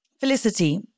Felicity